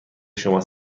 شما